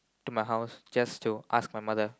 to my house just to ask my mother